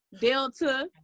delta